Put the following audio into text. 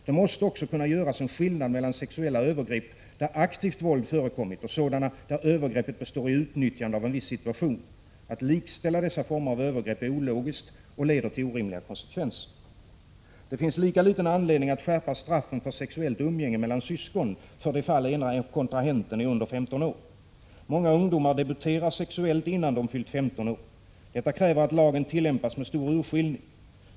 Det måste också kunna göras en skillnad mellan sexuella övergrepp, där aktivt våld förekommit och sådana, där övergreppet består i utnyttjande av en viss situation. Att likställa dessa former av övergrepp är ologiskt och leder till orimliga konsekvenser. Det finns lika liten anledning att skärpa straffen för sexuellt umgänge mellan syskon, för det fall ena kontrahenten är under 15 år. Många ungdomar debuterar sexuellt innan de fyllt 15 år. Detta kräver att lagen tillämpas med stor urskillning.